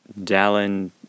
Dallin